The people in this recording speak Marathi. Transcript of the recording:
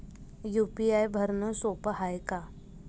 यू.पी.आय भरनं सोप हाय का?